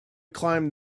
climbed